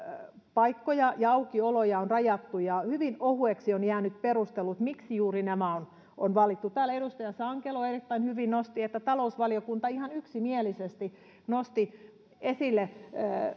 ja aukioloja rajattu ja hyvin ohueksi ovat jääneet perustelut miksi juuri nämä on valittu täällä edustaja sankelo erittäin hyvin nosti että talousvaliokunta ihan yksimielisesti nosti esille